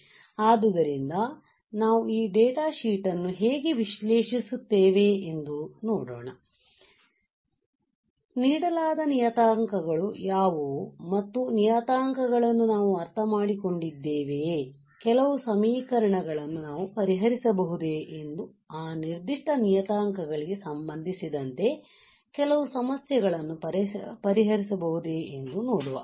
ಆದ್ದರಿಂದ ನಾವು data sheet ನ್ನು ಹೇಗೆ ವಿಶ್ಲೇಶಿಸುತ್ತೇವೆ ಎಂದು ನೋಡೋಣ ನೀಡಲಾದ ನಿಯತಾಂಕಗಳು ಯಾವುವು ಮತ್ತು ಆ ನಿಯತಾಂಕಗಳನ್ನು ನಾವು ಅರ್ಥಮಾಡಿಕೊಂಡಿದ್ದೇವೆಯೇ ಕೆಲವು ಸಮೀಕರಣಗಳನ್ನು ನಾವು ಪರಿಹರಿಸಬಹುದೇ ಎಂದು ಆ ನಿರ್ದಿಷ್ಟ ನಿಯತಾಂಕಗಳಿಗೆ ಸಂಬಂಧಿಸಿದಂತೆ ಕೆಲವು ಸಮಸ್ಯೆಗಳನ್ನು ಪರಿಹರಿಸಬಹುದೇ ಎಂದು ನೋಡುವ